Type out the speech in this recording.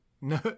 no